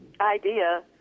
idea